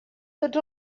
tots